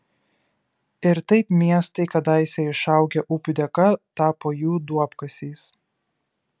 ir taip miestai kadaise išaugę upių dėka tapo jų duobkasiais